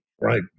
Right